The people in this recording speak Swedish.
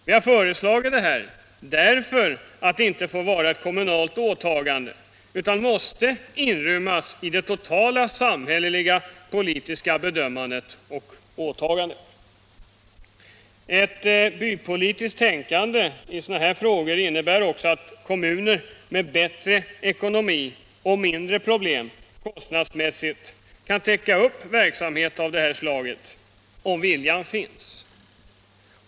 Vi har föreslagit det därför att det inte får vara ett kommunalt åtagande, utan måste inrymmas i det totala samhälleliga politiska bedömandet och åtgärdandet. Ett bypolitiskt tänkande i sådana frågor innebär också att kommuner med bättre ekonomi och mindre problem kostnadsmässigt kan täcka upp verksamhet av detta slag, om viljan finns.